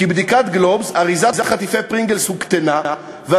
כי "בדיקת 'גלובס': אריזת חטיפי 'פרינגלס' הוקטנה,